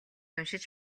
уншиж